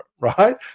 right